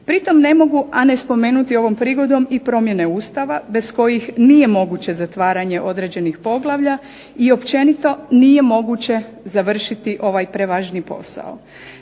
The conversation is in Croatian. Pri tom ne mogu ne spomenuti ovom prigodom i promjene Ustava bez kojih nije moguće zatvaranje određenih poglavlja i općenito nije moguće završiti ovaj prevažni posao.